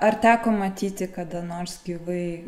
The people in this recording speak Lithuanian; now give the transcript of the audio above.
ar teko matyti kada nors gyvai